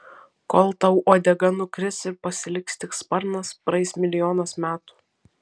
kol tau uodega nukris ir pasiliks tik sparnas praeis milijonas metų